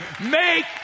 make